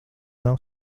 nav